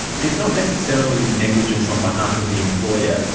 there is not necessarily negligence on behalf of the employer,